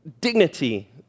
dignity